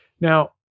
now